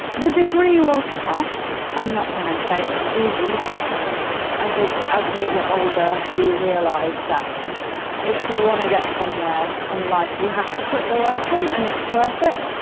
the degree was tough, i'm not going to say it was easy, but i think as you get older you realise that if you want to get somewhere in life you have to put the work in, and it's worth it.